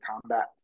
combat